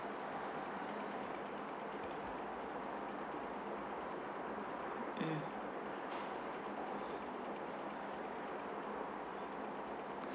mm